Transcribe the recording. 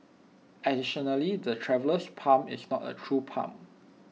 additionally the Traveller's palm is not A true palm